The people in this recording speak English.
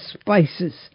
spices